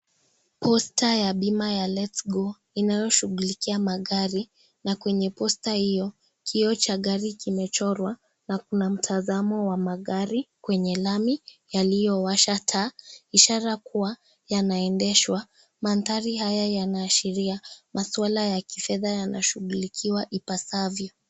Posta ya bima ya Let's Go inayoshughulikia magari na kwenye posta hiyo kioo cha gari kimechorwa na kuna mtazamo wa magari kwenye lami yaliyo washa taa ishara kuwa yanaendeshwa mandhari haya yanaashiria maswala ya kifedha yanashughulikiwa ipasavyo.